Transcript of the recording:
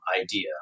idea